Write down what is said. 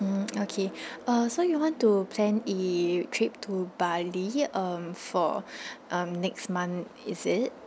mm okay uh so you want to plan a trip to bali um for um next month is it